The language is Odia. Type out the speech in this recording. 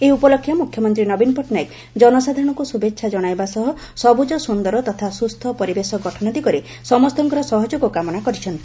ଏହି ଉପଲକ୍ଷେ ମୁଖ୍ୟମନ୍ତୀ ନବୀନ ପଟଟନାୟକ ଜନସାଧାରଣଙ୍କୁ ଶୁଭେଛା ଜଣାଇବା ସହ ସବୁକ ସୁନ୍ଦର ତଥା ସୁସ୍ଛ ପରିବେଶ ଗଠନ ଦିଗରେ ସମ୍ତଙ୍କର ସହଯୋଗ କାମନା କରିଛନ୍ତି